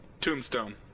Tombstone